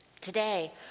Today